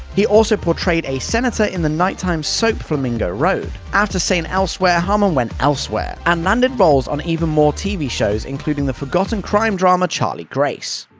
he also portrayed a senator in the nighttime soap flamingo road. after st. elsewhere, harmon went elsewhere, and landed roles on even more tv shows, including the forgotten crime drama charlie grace.